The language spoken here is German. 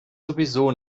sowieso